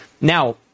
Now